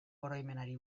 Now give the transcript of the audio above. oroimenari